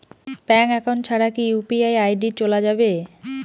Bank account ছাড়া কি UPI ID চোলা যাবে?